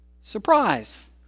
surprise